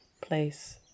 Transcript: place